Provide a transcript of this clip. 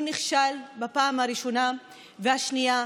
הוא נכשל בפעם הראשונה והשנייה,